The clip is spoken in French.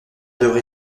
adoré